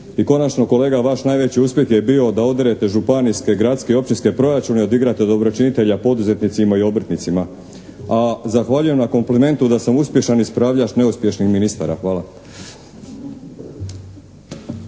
I konačno kolega vaš najveći uspjeh je bio da oderete županijske, gradske i općinske proračune i odigrate dobročinitelja poduzetnicima i obrtnicima. A zahvaljujem na komplimentu da sam uspješan ispravljač neuspješnih ministara. Hvala.